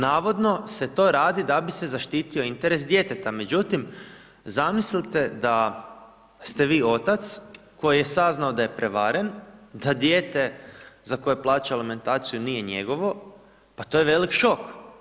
Navodno se to radi da bi se zaštitio interes djeteta, međutim zamislite da ste vi otac koji je saznao da je prevaren, da dijete za koje plaća alimentaciju nije njegovo, pa to je velik šok.